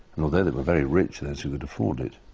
although they were very rich, those who could afford it,